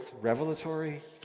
revelatory